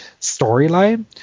storyline